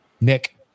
Nick